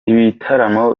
ibitaramo